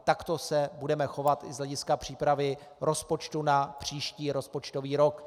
Takto se budeme chovat i z hlediska přípravy rozpočtu na příští rozpočtový rok.